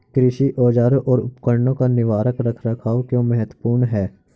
कृषि औजारों और उपकरणों का निवारक रख रखाव क्यों महत्वपूर्ण है?